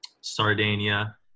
Sardinia